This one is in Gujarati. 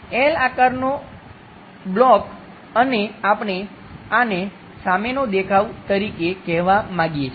L આકારનો બ્લોક અને આપણે આને સામેનો દેખાવ તરીકે કહેવા માંગીએ છીએ